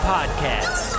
Podcast